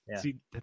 See